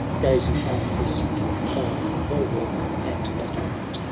gazing on the sinking fire. bulwark, and hattlement,